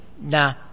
nah